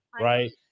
Right